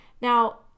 Now